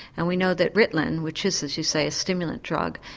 and we know that ritalin, which is, as you say, a stimulant drug,